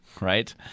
right